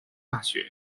大学